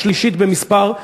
השלישית במספר,